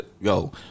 Yo